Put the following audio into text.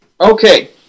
okay